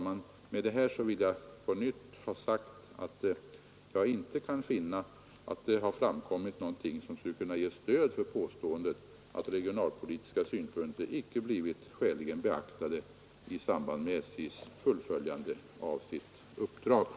Med detta vill jag på nytt ha sagt att jag inte kan finna att det har framkommit någonting som skulle kunna ge stöd för påståendet att regionalpolitiska synpunkter inte har blivit skäligen beaktade i samband med SJ:s fullföljande av sitt uppdrag.